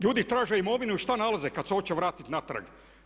Ljudi traže imovinu, šta nalaze kada se hoće vratiti natrag?